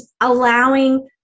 allowing